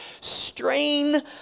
strain